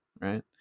right